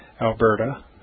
Alberta